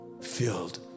filled